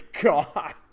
God